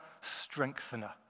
strengthener